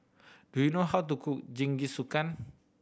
do you know how to cook Jingisukan